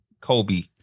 Kobe